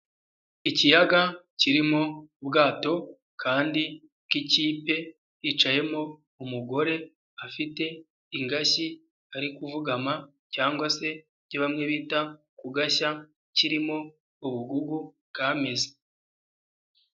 Ikiyaga kirimo ubwato kandi bw'ikipe, hicayemo umugore afite ingashyi ari kuvugama cyangwa se ibyo bamwe bita kugashya, kirimo ubugugu bwameze.